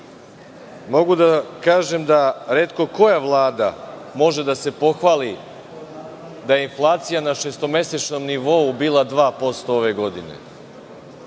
mogu da kažem da retko koja vlada može da se pohvali da inflacija na šestomesečnom nivou bila 2% ove godine.